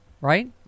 right